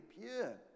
pure